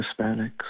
Hispanics